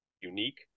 unique